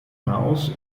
house